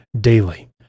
Daily